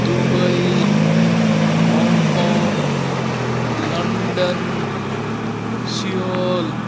Dubai Hong Kong London Seoul